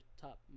top